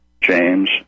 James